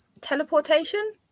teleportation